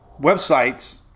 websites